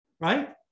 right